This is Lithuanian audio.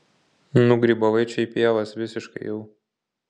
nugrybavai čia į pievas visiškai jau